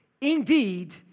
indeed